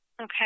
Okay